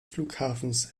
flughafens